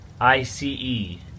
I-C-E